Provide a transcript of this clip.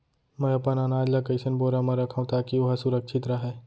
मैं अपन अनाज ला कइसन बोरा म रखव ताकी ओहा सुरक्षित राहय?